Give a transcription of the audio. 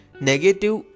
negative